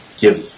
give